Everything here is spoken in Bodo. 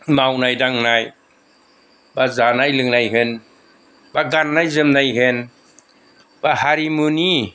मावनाय दांनाय बा जानाय लोंनाय होन बा गाननाय जोमनाय होन बा हारिमुनि